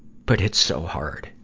but it's so hard.